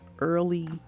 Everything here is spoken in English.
early